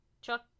Chuck